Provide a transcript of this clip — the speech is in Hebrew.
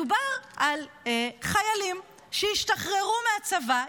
מדובר על חיילים שהשתחררו מהצבא,